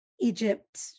Egypt